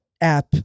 app